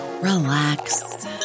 relax